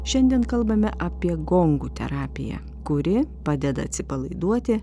šiandien kalbame apie gongų terapiją kuri padeda atsipalaiduoti